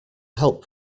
help